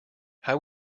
how